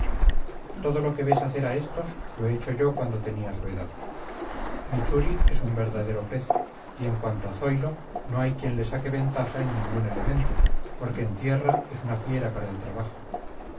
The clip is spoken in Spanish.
todo lo que ves hacer a esos lo he hecho yo cuando tenía su edad mi churi es un verdadero pez y en cuanto a zoilo no hay quien le saque ventaja en ningún elemento porque en tierra es una fiera para el trabajo